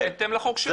נכון, בהתאם לחוק שלה.